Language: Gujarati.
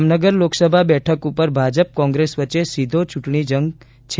જામનગર લોકસભા બેઠક ઉપ ભાજપ કોંગ્રેસ વચ્ચે સીધો ચૂંટણી જંગ છે